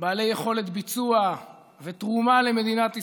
בעלי יכולת ביצוע ותרומה למדינת ישראל,